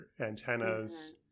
antennas